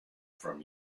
from